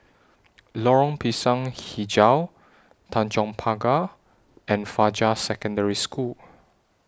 Lorong Pisang Hijau Tanjong Pagar and Fajar Secondary School